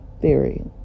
Theory